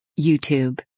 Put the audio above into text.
YouTube